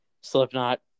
Slipknot